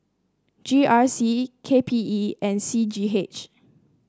G R C K P E and C G H